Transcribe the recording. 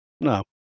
No